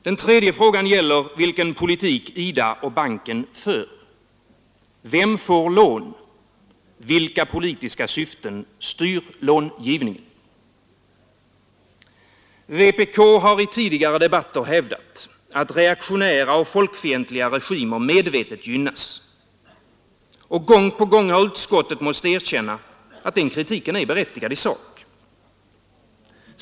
Den tredje frågan gäller vilken politik IDA och banken för. Vem får lån? Vilka politiska syften styr långivningen? Vänsterpartiet kommunisterna har i tidigare debatter hävdat att reaktionära och folkfientliga regimer medvetet gynnas, och gång på gång har utskottet måst erkänna att den kritiken är berättigad i sak.